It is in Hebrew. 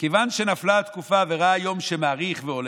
כיוון שנפלה התקופה וראה יום שמאריך והולך,